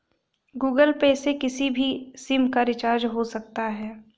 Google Pay से किसी भी सिम का रिचार्ज हो सकता है